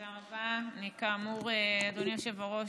גם הפעם, אדוני היושב-ראש,